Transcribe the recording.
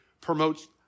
promotes